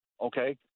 okay